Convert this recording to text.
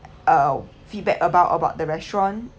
uh feedback about about the restaurant